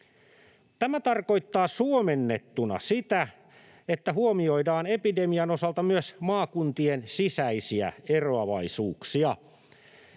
Tämä tarkoittaa suomennettuna sitä, että huomioidaan epidemian osalta myös maakuntien sisäisiä eroavaisuuksia.